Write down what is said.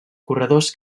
corredors